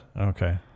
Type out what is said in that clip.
Okay